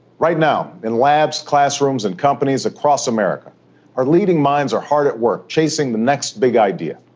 right now, in labs, classrooms, and companies across america our leading minds are hard at work chasing the next big idea,